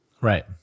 right